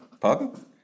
Pardon